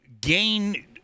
gain